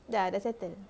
dah dah settle